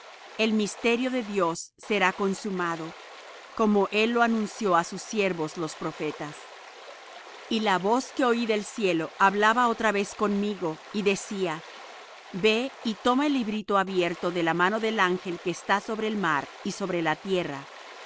el misterio de dios será consumado como él lo anunció á sus siervos los profetas y la voz que oí del cielo hablaba otra vez conmigo y decía ve y toma el librito abierto de la mano del ángel que está sobre el mar y sobre la tierra